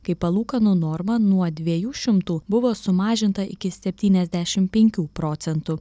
kai palūkanų normą nuo dviejų šimtų buvo sumažinta iki septyniasdešimt penkių procentų